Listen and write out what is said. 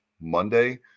Monday